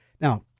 Now-